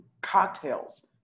cocktails